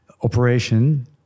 operation